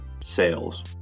sales